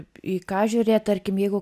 į ką žiūrėt tarkim jeigu